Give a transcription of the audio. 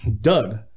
Doug